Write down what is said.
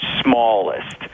smallest